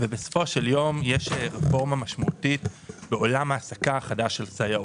ובסופו של יום יש רפורמה משמעותית בעולם ההעסקה החדש של סייעות.